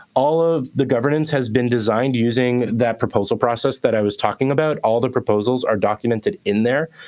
all of the governance has been designed using that proposal process that i was talking about. all the proposals are documented in there.